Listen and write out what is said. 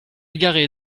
garée